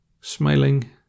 Smiling